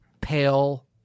pale